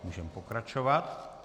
Můžeme pokračovat.